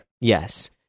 yes